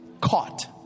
caught